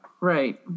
Right